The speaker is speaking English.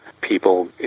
people